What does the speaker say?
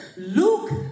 Luke